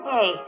Hey